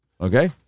Okay